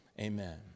amen